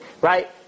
right